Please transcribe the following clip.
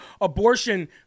abortion